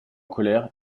colère